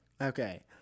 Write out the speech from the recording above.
okay